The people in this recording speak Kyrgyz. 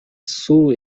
суу